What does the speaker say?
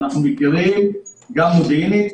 אנחנו מכירים גם מודיעינית,